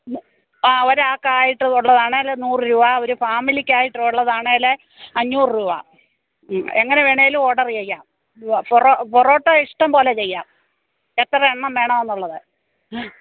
ആ ഒരാൾക്കായിട്ടുള്ളതാണേൽ നൂറ് രൂപ ഒരു ഫേമിലിക്കായിട്ടുള്ളതാണേൽ അഞ്ഞൂറ് രൂപ എങ്ങനെ വേണേലും ഓര്ഡർ ചെയ്യാം പൊറോട്ട പൊറോട്ട ഇഷ്ടം പോലെ ചെയ്യാം എത്ര എണ്ണം വേണമെന്നുള്ളത്